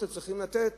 אתם צריכים לתת